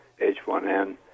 H1N